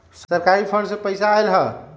सरकारी फंड से पईसा आयल ह?